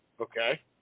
Okay